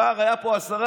הפער היה פה עשרה.